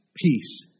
peace